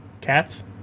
Cats